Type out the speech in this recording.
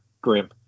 grim